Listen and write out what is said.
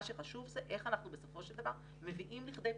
מה שחשוב זה איך אנחנו בסופו של דבר מביאים לכדי פתרון,